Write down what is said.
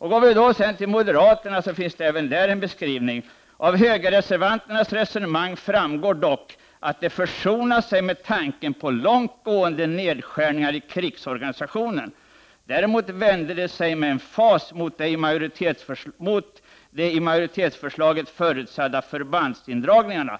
Arvid Cronenberg beskriver även högerns inställning som också passar in på dagens moderater: ”Av högerreservanternas resonemang framgår dock att de försonat sig med tanken på långt gående nedskärningar i krigsorganisationen. Däremot vände de sig med emfas mot de i majoritetsförslaget förutsatta förbandsindragningarna.